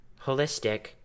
holistic